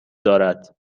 دارد